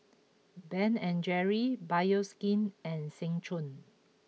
Ben and Jerry's Bioskin and Seng Choon